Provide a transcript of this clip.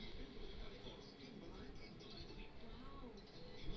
online पइसा भेजे के इलेक्ट्रानिक ट्रांसफर कहल जाला